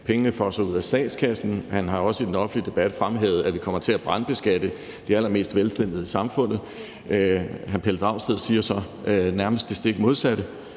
pengene fosser ud af statskassen. Han har også i den offentlige debat fremhævet, at vi kommer til at brandbeskatte de allermest velstillede i samfundet. Hr. Pelle Dragsted siger så nærmest det stik modsatte.